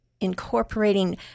Incorporating